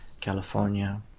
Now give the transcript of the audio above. California